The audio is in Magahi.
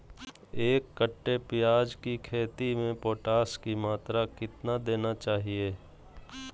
एक कट्टे प्याज की खेती में पोटास की मात्रा कितना देना चाहिए?